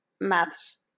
maths